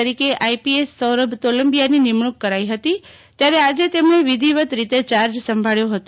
તરીકે આઈપીએસ સૌરભ તોલંબિયાની નિમણૂંક કરાઈ હતી ત્યારે આજે તેમણે વિધિવત રીતે ચાર્જ સંભાળ્યો હતો